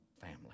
family